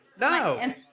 No